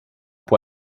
può